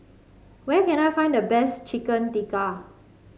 where can I find the best Chicken Tikka